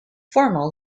formal